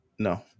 No